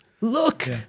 Look